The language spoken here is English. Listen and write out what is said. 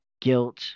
guilt